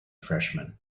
freshman